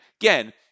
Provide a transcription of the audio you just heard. again